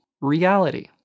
reality